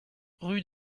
rue